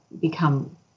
become